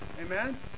Amen